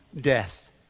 death